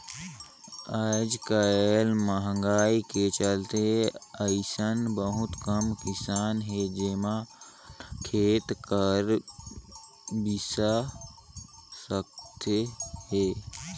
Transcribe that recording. आयज कायल मंहगाई के चलते अइसन बहुत कम किसान हे जेमन खेत खार बिसा सकत हे